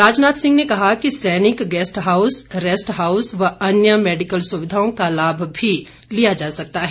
राजनाथ सिंह ने कहा कि सैनिक गैस्ट हाउस रेस्ट हाउस व अन्य मेडिकल सुविधाओं का लाभ भी लिया जा सकता है